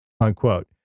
unquote